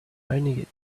finding